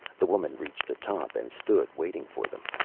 the woman reached the top and stood waiting for them.